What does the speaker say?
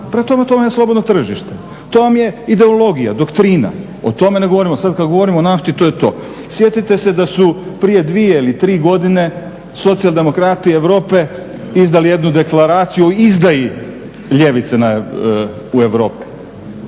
Prema tome, to vam je slobodno tržište, to vam je ideologija, doktrina. O tome ne govorimo. Sad kad govorimo o nafti to je to. Sjetite se da su prije dvije ili tri godine socijaldemokrati Europe izdali jednu deklaraciju o izdaji ljevice u Europi.